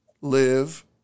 live